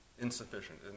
insufficient